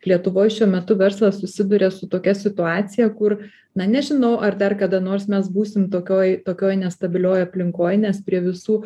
lietuvoj šiuo metu verslas susiduria su tokia situacija kur na nežinau ar dar kada nors mes būsim tokioj tokioj nestabilioj aplinkoj nes prie visų